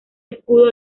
escudo